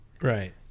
Right